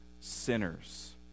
sinners